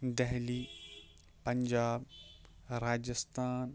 Delhi Punjab Rajasthan